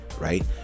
right